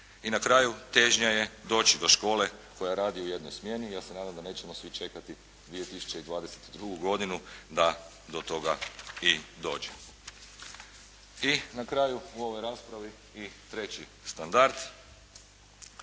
I na kraju težnja je doći do škole koja radi u jednoj smjeni, ja se nadam da nećemo svi čekati do 2022. godine da to toga i dođe. I na kraju u ovoj raspravi i treći standard.